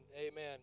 Amen